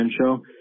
show